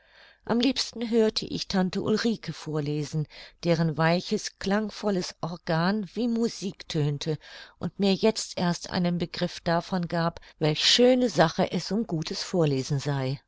am liebsten hörte ich tante ulrike vorlesen deren weiches klangvolles organ wie musik tönte und mir jetzt erst einen begriff davon gab welch schöne sache es um gutes vorlesen sei